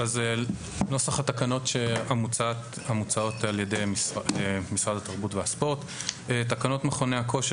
נוסח התקנות המוצעות על ידי משרד התרבות והספורט: תקנות מכוני כושר